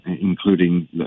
including